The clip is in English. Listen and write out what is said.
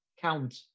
count